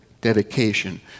dedication